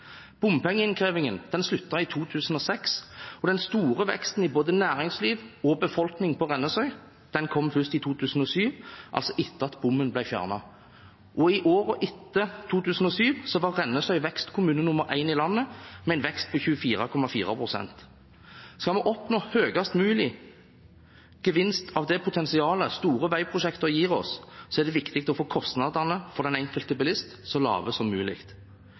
Bompengeinnkrevingen sluttet i 2006, og den store veksten i både næringsliv og befolkning på Rennesøy kom først i 2007, altså etter at bommen ble fjernet. I årene etter 2007 var Rennesøy vekstkommune nummer én i landet, med en vekst på 24,4 pst. Skal vi oppnå høyest mulig gevinst av det potensialet store veiprosjekter gir oss, er det viktig å få kostnadene for den enkelte bilist så lave som mulig.